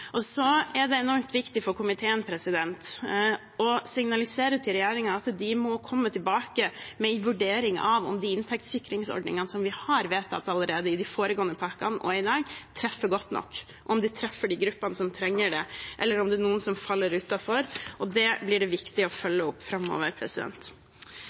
Det er også enormt viktig for komiteen å signalisere til regjeringen at de må komme tilbake med en vurdering av om de inntektssikringsordningene vi har vedtatt i de foregående pakkene, og i dag, treffer godt nok – om de treffer de gruppene som trenger det, eller om det er noen som faller utenfor. Det blir det viktig å